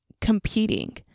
competing